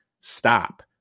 stop